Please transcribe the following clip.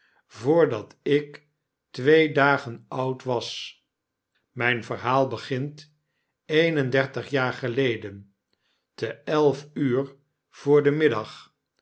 voordat ik twee dagen oud was mijn verhaal begint een en dertig jaar geleden ten elf uur voor den middag